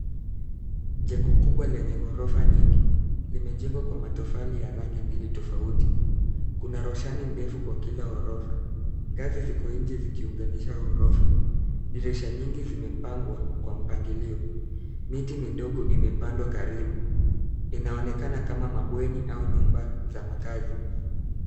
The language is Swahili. Jengo kubwa lenye ghorofa nyingi. Limejengwa kwa matofali ya rangi mbili tofauti. Kuna roshani ndefu kwa kila ghorofa. Ngazi ziko nje zikiunganisha ghorofa. Dirisha nyingi zimepangwa kwa mpangilio. Miti midogo imepandwa karibu. Inaonekana kama mabweni au nyumba za makaazi.